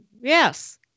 yes